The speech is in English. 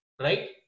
right